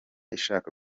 ishaka